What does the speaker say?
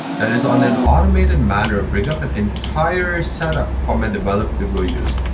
that is on an automated manner, bring up an entire set up from a developer to go use,